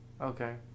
Okay